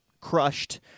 crushed